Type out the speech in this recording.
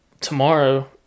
tomorrow